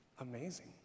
amazing